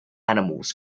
animals